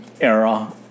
era